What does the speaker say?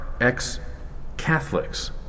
ex-Catholics